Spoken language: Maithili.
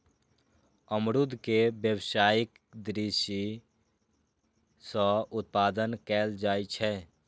अमरूद के व्यावसायिक दृषि सं उत्पादन कैल जाइ छै